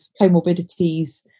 comorbidities